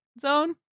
Zone